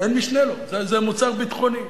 זה מוצר ביטחוני.